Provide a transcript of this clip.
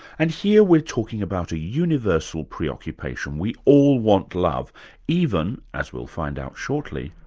and here we're talking about a universal preoccupation, we all want love even, as we'll find out shortly,